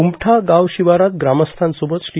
उमठा गावशिवारात ग्रामस्थांसोबत श्री